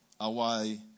away